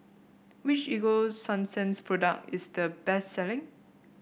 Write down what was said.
which Ego Sunsense product is the best selling